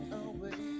away